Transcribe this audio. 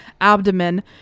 abdomen